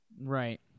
Right